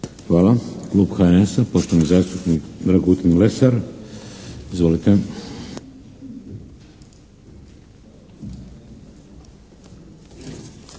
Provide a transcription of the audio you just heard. Hvala. Klub HNS-a, poštovani zastupnik Dragutin Lesar. Izvolite.